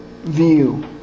view